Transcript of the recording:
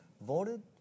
voted